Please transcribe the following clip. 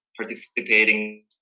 participating